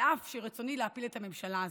על אף שרצוני להפיל את הממשלה הזו.